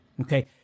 Okay